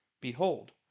behold